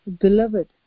beloved